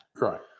Right